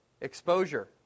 exposure